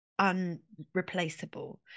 unreplaceable